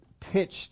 pitched